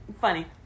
funny